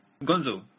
Gonzo